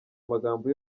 amagambo